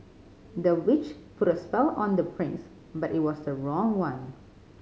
the witch put a spell on the prince but it was the wrong one